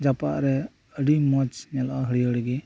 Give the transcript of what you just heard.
ᱡᱟᱯᱟᱜ ᱨᱮ ᱟᱰᱤ ᱢᱚᱸᱡᱽ ᱧᱮᱞᱚᱜᱼᱟ ᱦᱟᱹᱲᱭᱟᱹᱨ ᱜᱮ